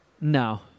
No